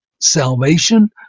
salvation